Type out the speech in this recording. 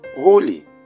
holy